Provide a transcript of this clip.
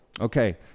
Okay